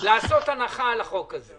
לעשות הנחה על החוק הזה.